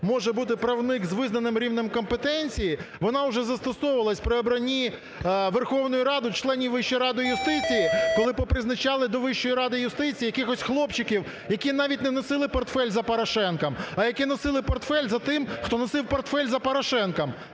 може бути правник з визнаним рівнем компетенції, вона вже застосовувалась при обранні Верховною Радою членів Вищої ради юстиції, коли попризначали до Вищої ради юстиції якихось хлопчиків, які навіть не носили портфель за Порошенком, а які носили портфель за тим, хто носив портфель за Порошенком,